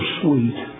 sweet